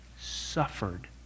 suffered